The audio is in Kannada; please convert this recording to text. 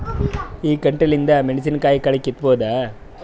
ಈ ಕಂಟಿಲಿಂದ ಮೆಣಸಿನಕಾಯಿ ಕಳಿ ಕಿತ್ತಬೋದ?